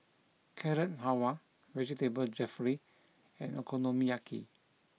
Carrot Halwa Vegetable Jalfrezi and Okonomiyaki